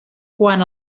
quan